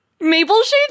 Mapleshade